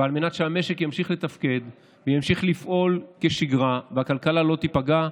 ועל מנת שהמשק ימשיך לתפקד וימשיך לפעול כשגרה והכלכלה לא תיפגע,